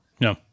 No